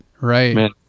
Right